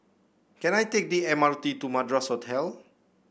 can I take the M R T to Madras Hotel